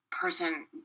person